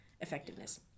effectiveness